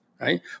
right